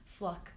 Fluck